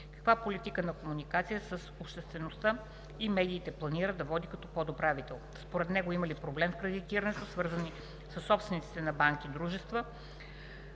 Каква политика на комуникация с обществеността и медиите планира да води като подуправител? Според него има ли проблем в кредитирането на свързани със собствениците на банки дружества